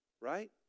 Right